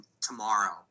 tomorrow